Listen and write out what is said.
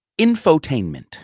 infotainment